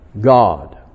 God